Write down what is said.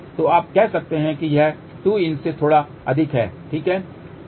तो आप कह सकते हैं कि यह 2" से थोड़ा अधिक है ठीक है